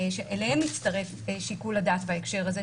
שאליהם מצטרף שיקול הדעת בהקשר הזה,